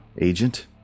agent